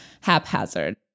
haphazard